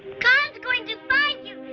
kon's going to find you,